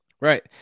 Right